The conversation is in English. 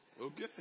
Okay